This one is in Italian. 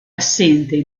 assente